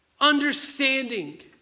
understanding